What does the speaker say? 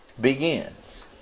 begins